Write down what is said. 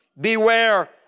Beware